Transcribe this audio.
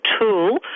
tool